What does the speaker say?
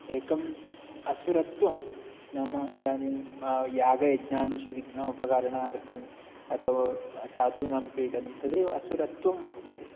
एकम् असुरत्वं नाम इदानीं यागयज्ञादिषु विघ्नोपकरणार्थम् अथवा साधूनां पीडनं तदेव असुरत्वं वर्तते